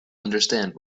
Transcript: understand